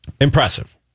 Impressive